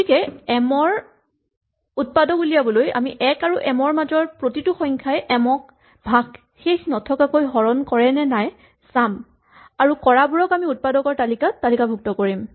গতিকে এম ৰ উৎপাদক উলিয়াবলৈ আমি ১ আৰু এম ৰ মাজৰ প্ৰতিটো সংখ্যাই এম ক ভাগশেষ নথকাকৈ হৰণ কৰেনে নাই চাম আৰু কৰাবোৰক আমি উৎপাদকৰ তালিকাত তালিকাভুক্ত কৰিম